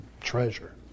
treasure